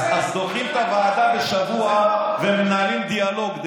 אז דוחים הוועדה בשבוע ומנהלים דיאלוג.